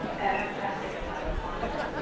ever pressing itself upon her.